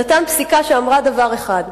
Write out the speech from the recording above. נתן פסיקה שאמרה דבר אחד: